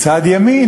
מצד ימין,